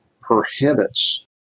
prohibits